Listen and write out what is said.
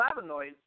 flavonoids